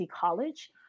college